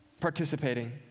participating